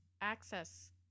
access